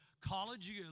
college